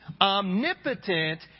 omnipotent